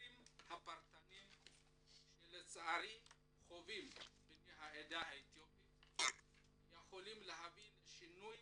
המקרים הפרטניים של צערי חווים בני העדה האתיופית יכולים להביא לשינוי